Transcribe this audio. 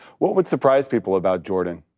what would surprise people about jordan?